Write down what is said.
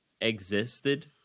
existed